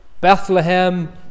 Bethlehem